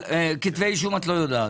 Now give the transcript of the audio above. כתבי אישום את לא יודעת.